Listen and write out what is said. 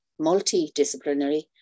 multidisciplinary